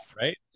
right